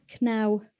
now